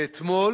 ואתמול